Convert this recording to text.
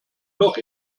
noch